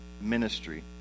ministry